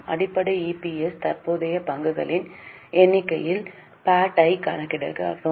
அடிப்படை இபிஎஸ்ஸில் தற்போதைய பங்குகளின் எண்ணிக்கையில் பிஏடி ஐக் கணக்கிடுகிறோம்